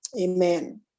amen